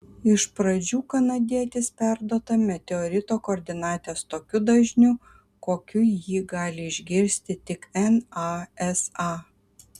iš pradžių kanadietis perduoda meteorito koordinates tokiu dažniu kokiu jį gali išgirsti tik nasa